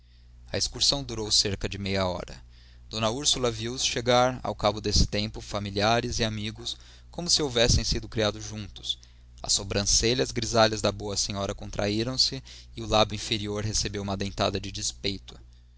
a excursão durou cerca de meia hora d úrsula viu os chegar ao cabo desse tempo familiares e amigos como se houvessem sido criados juntos as sobrancelhas grisalhas da boa senhora contraíram se e o lábio inferior recebeu uma dentada de despeito